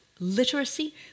literacy